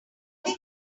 came